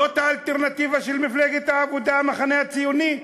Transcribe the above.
זאת האלטרנטיבה של מפלגת העבודה, המחנה הציוני.